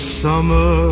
summer